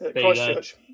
Christchurch